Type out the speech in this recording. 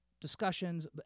discussions